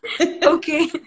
Okay